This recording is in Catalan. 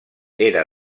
era